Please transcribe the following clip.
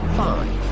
five